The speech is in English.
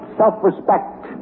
self-respect